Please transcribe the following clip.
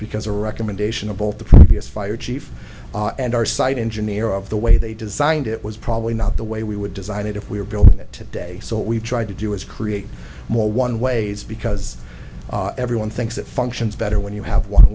because the recommendation of both the previous fire chief and our site engineer of the way they designed it was probably not the way we would design it if we were building that day so we tried to do is create more one ways because everyone thinks it functions better when you have one